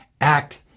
act